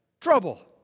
Trouble